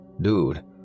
Dude